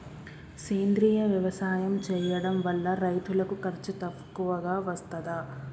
సేంద్రీయ వ్యవసాయం చేయడం వల్ల రైతులకు ఖర్చు తక్కువగా వస్తదా?